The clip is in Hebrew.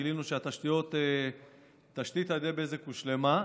גילינו שהתשתית על ידי בזק הושלמה,